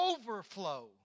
overflow